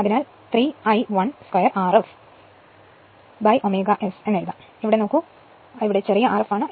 അതിനാൽ 3 I1 2 Rf ω S എഴുതാം ഇവിടെ നോക്കൂ ഇവിടെ ചെറിയ Rf ആണ്